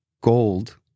gold